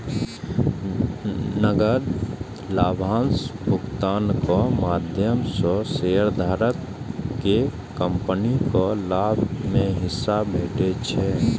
नकद लाभांश भुगतानक माध्यम सं शेयरधारक कें कंपनीक लाभ मे हिस्सा भेटै छै